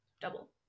double